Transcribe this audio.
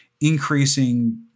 increasing